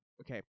Okay